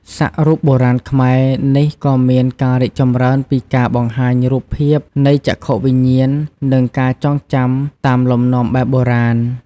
សាក់រូបបុរាណខ្មែរនេះក៏មានការរីកចម្រើនពីការបង្ហាញរូបភាពនៃចក្ខុវិញ្ញាណ និងការចងចាំតាមលំនាំបែបបុរាណ។